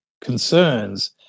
Concerns